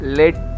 let